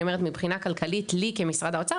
אני אומרת מבחינה כלכלית לי כמשרד האוצר,